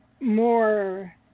More